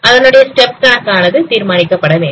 அதனுடைய ஸ்டெப் கணக்கானது தீர்மானிக்கப்பட வேண்டும்